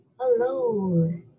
Hello